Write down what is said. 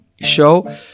show